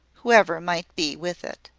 whoever might be with it.